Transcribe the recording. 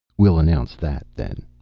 we'll announce that, then.